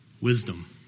Wisdom